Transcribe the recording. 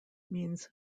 means